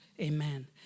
amen